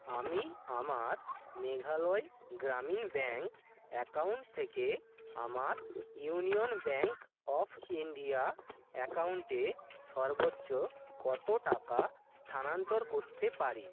আমি আমার Meghalaya Gramin Bank account থেকে আমার ইউনিয়ন ব্যাঙ্ক অফ ইণ্ডিয়া অ্যাকাউন্টে সর্বোচ্চ কত টাকা স্থানান্তর করতে পারি